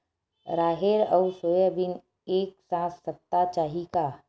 राहेर अउ सोयाबीन एक साथ सप्ता चाही का?